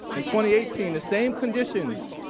and twenty eighth in the same conditions